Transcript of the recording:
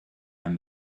and